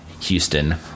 houston